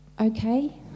okay